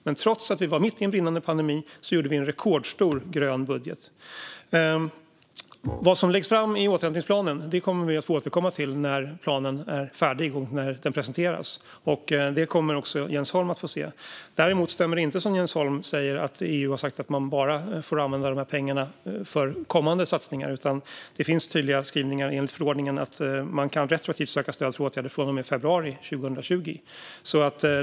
Men trots att vi var mitt i en brinnande pandemi gjorde vi en rekordstor grön budget. Vad som läggs fram i återhämtningsplanen kommer vi att få återkomma till när planen är färdig och den presenteras. Det kommer också Jens Holm att få se. Däremot stämmer det inte, som Jens Holm säger, att EU har sagt att man bara får använda de här pengarna till kommande satsningar. Det finns tydliga skrivningar enligt förordningen att man kan söka retroaktivt stöd för åtgärder från och med februari 2020.